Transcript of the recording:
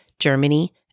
Germany